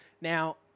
Now